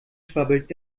schwabbelt